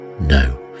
No